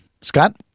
Scott